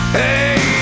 hey